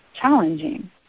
challenging